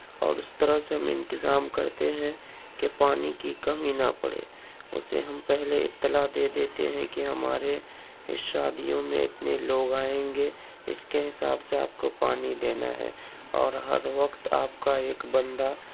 اور اس طرح سے ہم انتظام کرتے ہیں کہ پانی کی کمی نہ پڑے اسے ہم پہلے اطلاع دے دیتے ہیں کہ ہمارے اس شادیوں میں اتنے لوگ آئیں گے اس کے حساب سے آپ کو پانی دینا ہے اور ہر وقت آپ کا ایک بندہ